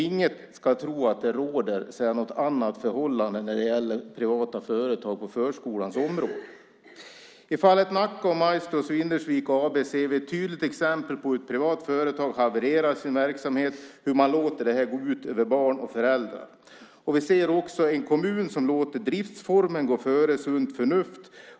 Ingen ska tro att det råder något annat förhållande när det gäller privata företag på förskolans område. I fallet Nacka och Maestro Svindersvik AB ser vi ett tydligt exempel på hur ett privat företag havererar sin verksamhet och hur man låter detta gå ut över barn och föräldrar. Vi ser också en kommun som låter driftsformen gå före sunt förnuft.